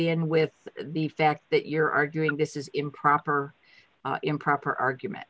in with the fact that you're arguing this is improper improper argument